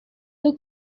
who